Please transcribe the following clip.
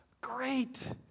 Great